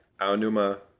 Aonuma